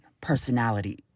personality